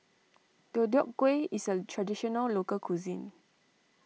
Deodeok Gui is a Traditional Local Cuisine